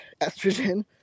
estrogen